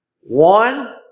One